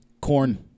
corn